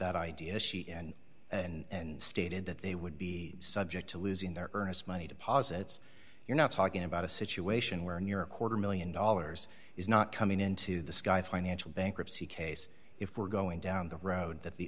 that idea she and and stated that they would be subject to losing their earnest money deposits you're not talking about a situation where near a quarter one million dollars is not coming into the sky financial bankruptcy case if we're going down the road that the